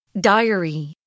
Diary